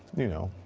you know,